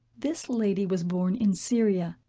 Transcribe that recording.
this lady was born in syria,